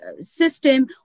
system